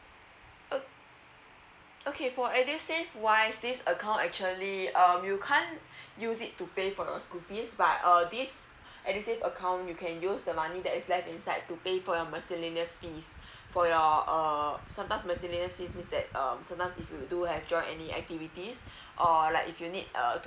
ok~ okay for edusave wise this account actually um you can't use it to pay for your school fees but this uh edusave account you can use the money that is that left inside to pay for your miscellaneous fees for your uh sometimes miscellaneous fees means that um sometimes if you do have join any activities or like if you need uh